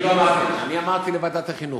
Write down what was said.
אני לא אמרתי, אני אמרתי: לוועדת החינוך.